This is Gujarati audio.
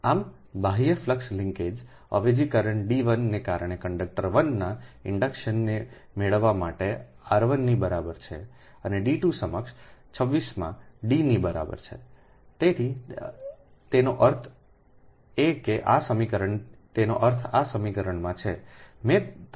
આમ બાહ્ય ફ્લક્સ લિન્કેજ અવેજીકરણ D 1 ને કારણે કંડક્ટર 1 ના ઇન્ડક્શનને મેળવવા માટે r1 ની બરાબર છે અને D2 સમકક્ષ 26 માં D ની બરાબર છેતેનો અર્થ એ કે આ સમીકરણતેનો અર્થ આ સમીકરણમાં છે